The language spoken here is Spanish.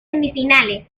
semifinales